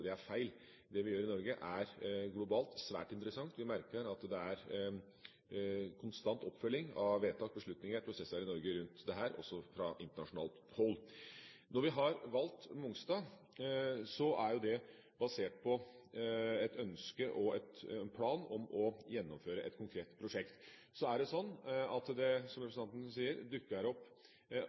Det er feil. Det vi gjør i Norge, er svært interessant globalt. Vi merker at det er konstant oppfølging av vedtak, beslutninger og prosesser i Norge rundt dette også fra internasjonalt hold. Når vi har valgt Mongstad, er jo det basert på et ønske og en plan om å gjennomføre et konkret prosjekt. Så er det slik, som representanten sier, at det dukker opp